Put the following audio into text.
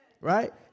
Right